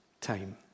time